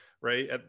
right